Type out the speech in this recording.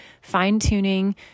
fine-tuning